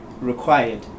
required